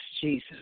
Jesus